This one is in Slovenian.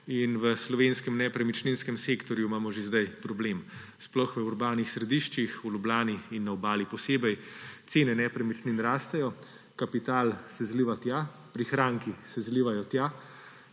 in v slovenskem nepremičninskem sektorju imamo že zdaj problem. Sploh v urbanih središčih, v Ljubljani in na Obali posebej cene nepremičnin rastejo, kapital se zliva tja, prihranki se zlivajo tja,